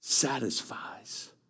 Satisfies